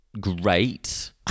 great